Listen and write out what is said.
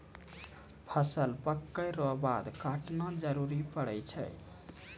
फसल पक्कै रो बाद काटना जरुरी पड़ै छै